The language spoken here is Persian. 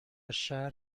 شهر